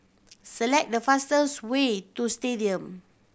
select the fastest way to Stadium